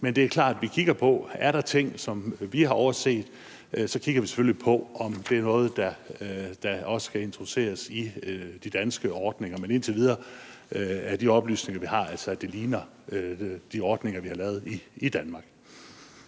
Men det er klart, at vi kigger på, om der er ting, som vi har overset. Så kigger vi selvfølgelig også på, om det er noget, der skal introduceres i de danske ordninger. Men indtil videre er de oplysninger, vi har, altså, at det ligner de ordninger, vi har lavet i Danmark.